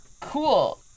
Cool